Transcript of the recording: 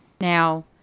now